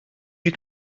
you